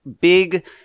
big